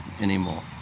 anymore